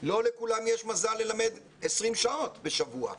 לא לכולם יש מזל ללמד 20 שעות בשבוע.